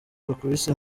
bakubise